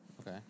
Okay